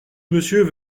monsieur